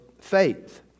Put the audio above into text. faith